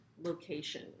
location